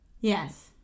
yes